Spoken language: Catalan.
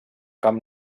camp